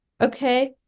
okay